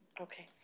okay